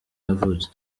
yavutse